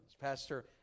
Pastor